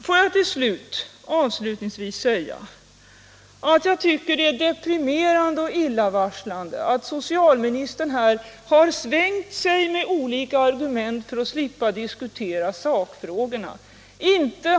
Får jag avslutningsvis säga att jag tycker det är deprimerande och illavarslande att socialministern har svängt sig med olika argument för att slippa diskutera sakfrågorna.